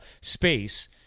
space